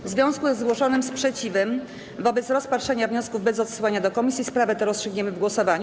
W związku ze zgłoszonym sprzeciwem wobec rozpatrzenia wniosków bez odsyłania do komisji sprawę tę rozstrzygniemy w głosowaniu.